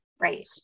Right